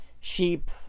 sheep